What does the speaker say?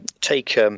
take